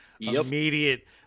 Immediate